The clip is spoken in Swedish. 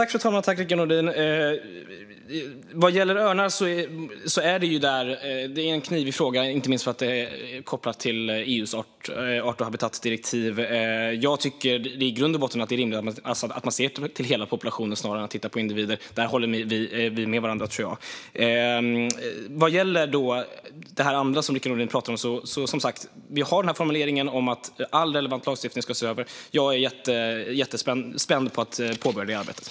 Fru talman och Rickard Nordin! Vad gäller örnar är det en knivig fråga, inte minst för att den är kopplad till EU:s art och habitatdirektiv. I grund och botten tycker jag att det är rimligt att se till hela populationen snarare än att titta på individer. Där håller vi med varandra, tror jag. När det gäller det andra som Rickard Nordin pratade om har vi som sagt formuleringen att all relevant lagstiftning ska ses över. Jag är jättespänd inför att påbörja det arbetet.